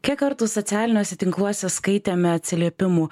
kiek kartų socialiniuose tinkluose skaitėme atsiliepimų